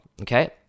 Okay